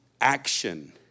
action